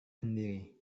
sendiri